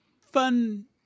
fun